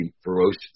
ferocious